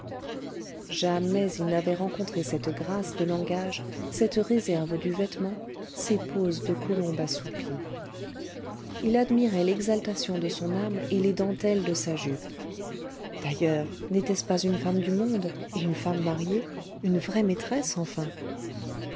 jamais il n'avait rencontré cette grâce de langage cette réserve du vêtement ces poses de colombe assoupie il admirait l'exaltation de son âme et les dentelles de sa jupe d'ailleurs n'était-ce pas une femme du monde et une femme mariée une vraie maîtresse enfin